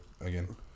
again